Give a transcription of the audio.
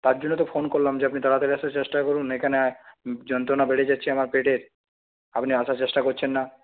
তার জন্য তো ফোন করলাম যে আপনি তাড়াতাড়ি আসার চেষ্টা করুন এখানে যন্ত্রণা বেড়ে যাচ্ছে আমার পেটের আপনি আসার চেষ্টা করছেন না